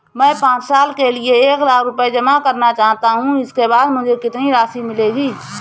मैं पाँच साल के लिए एक लाख रूपए जमा करना चाहता हूँ इसके बाद मुझे कितनी राशि मिलेगी?